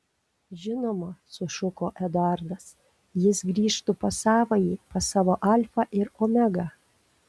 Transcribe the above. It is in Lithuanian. žinoma sušuko eduardas jis grįžtų pas savąjį pas savo alfą ir omegą